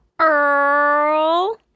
Earl